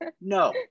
No